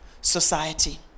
society